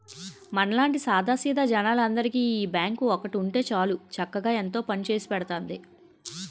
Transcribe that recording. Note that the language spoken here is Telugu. మనలాంటి సాదా సీదా జనాలందరికీ ఈ బాంకు ఒక్కటి ఉంటే చాలు చక్కగా ఎంతో పనిచేసి పెడతాంది